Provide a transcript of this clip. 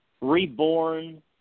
reborn